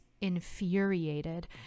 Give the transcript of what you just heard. infuriated